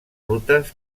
rutes